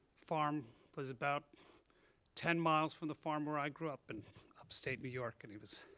farm was about ten miles from the farm where i grew up in upstate new york, and he was